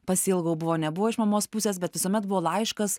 pasiilgau buvo nebuvo iš mamos pusės bet visuomet buvo laiškas